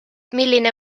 milline